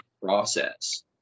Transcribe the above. process